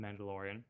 Mandalorian